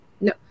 No